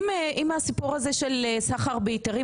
הסיפור הזה של סחר בהיתרים,